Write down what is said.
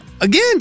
Again